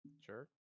Sure